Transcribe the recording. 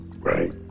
right